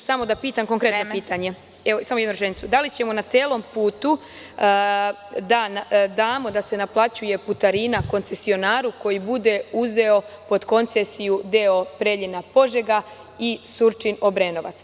Dozvolite mi da pitam konkretno pitanje - da li ćemo na celom putu da damo da se naplaćuje putarina koncesionaru koji bude uzeo pod koncesiju deo Preljina-Požega i Surčin-Obrenovac?